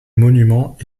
monument